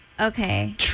Okay